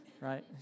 right